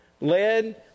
led